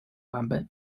版本